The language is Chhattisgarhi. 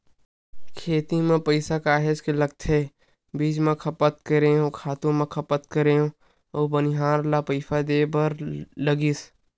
खेती म पइसा काहेच के लगथे बीज म खपत करेंव, खातू म खपत करेंव अउ बनिहार मन ल पइसा देय बर लगिस